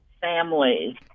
families